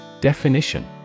Definition